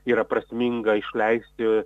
yra prasminga išleisti